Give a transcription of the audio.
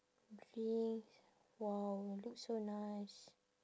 drinks !wow! look so nice